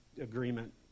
agreement